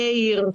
מאיר.